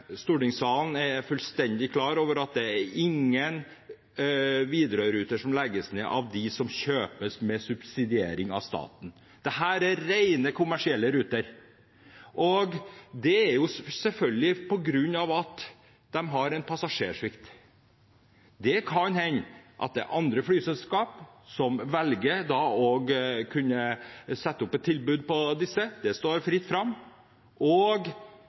stortingssalen er fullstendig klar over at ingen Widerøe-ruter legges ned av dem som kjøpes med subsidiering av staten. Dette er rent kommersielle ruter, og det er selvfølgelig på grunn av passasjersvikt. Det kan hende at det er andre flyselskap som velger å sette opp et tilbud på disse rutene – det er fritt fram. Og